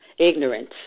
ignorance